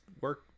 work